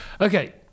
Okay